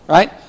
Right